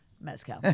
Mezcal